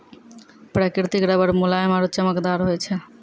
प्रकृतिक रबर मुलायम आरु चमकदार होय छै